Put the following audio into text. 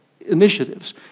initiatives